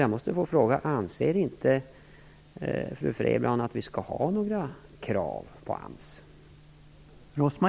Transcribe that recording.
Jag måste därför få fråga: Anser inte fru Frebran att vi skall ha några krav på AMS?